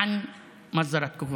(אומר דברים בשפה הערבית,